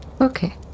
Okay